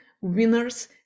winners